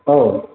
औ